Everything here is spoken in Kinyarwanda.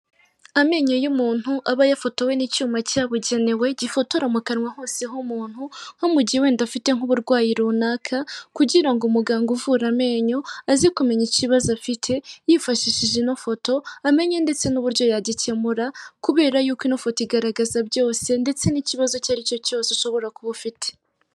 Amenyo y'umuntu aba yafotowe n'icyuma cyabugenewe, gifotora mu kanwa hose h'umuntu nko mu gihe wenda afite nk'uburwayi runaka kugira ngo umuganga uvura amenyo, aze kumenya ikibazo afite yifashishije ino foto amenye ndetse n'uburyo yagikemura kubera yuko ino foto igaragaza byose ndetse n'ikibazo icyo ari cyo cyose ushobora kuba ufite.